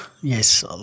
Yes